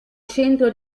centro